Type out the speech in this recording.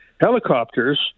helicopters